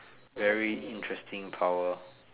very interesting power